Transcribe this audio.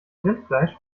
rindfleisch